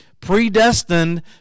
predestined